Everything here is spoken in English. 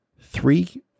Three